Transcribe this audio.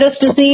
disease